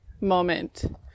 moment